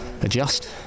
adjust